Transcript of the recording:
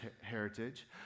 heritage